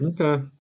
Okay